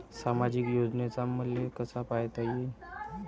सामाजिक योजना मले कसा पायता येईन?